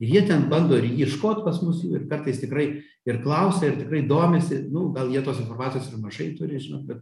ir jie ten bando ir ieškot pas mus jų ir kartais tikrai ir klausia ir tikrai domisi nu gal jie tos informacijos mažai turi žinot bet